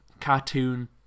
cartoon